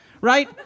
Right